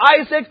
Isaac